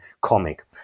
comic